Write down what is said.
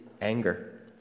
anger